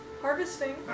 harvesting